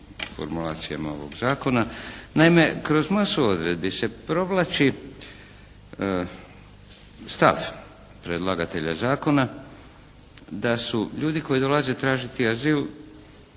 formulacijama ovog zakona. Naime kroz masu odredbi se provlači stav predlagatelja zakona da su ljudi koji dolaze tražiti azil